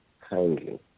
kindly